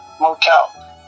motel